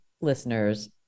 listeners